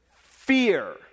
fear